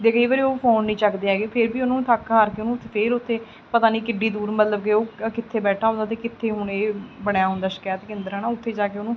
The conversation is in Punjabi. ਅਤੇ ਕਈ ਵਰੀ ਉਹ ਫੋਨ ਨਹੀਂ ਚੱਕਦੇ ਹੈਗੇ ਫਿਰ ਵੀ ਉਹਨੂੰ ਥੱਕ ਹਾਰ ਕੇ ਉਹਨੂੰ ਥ ਫਿਰ ਓਥੇ ਪਤਾ ਨਹੀਂ ਕਿੱਡੀ ਦੂਰ ਮਤਲਬ ਕਿ ਉਹ ਕਿੱਥੇ ਬੈਠਾ ਹੁੰਦਾ ਅਤੇ ਕਿੱਥੇ ਹੁਣ ਇਹ ਬਣਿਆ ਹੁੰਦਾ ਸ਼ਿਕਾਇਤ ਕੇਂਦਰ ਹੈ ਨਾ ਓਥੇ ਜਾ ਕੇ ਉਹਨੂੰ